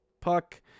puck